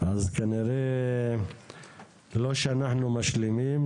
אז כנראה לא שאנחנו משלימים,